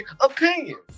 opinions